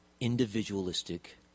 individualistic